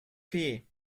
fee